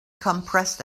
compressed